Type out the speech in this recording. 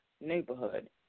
neighborhood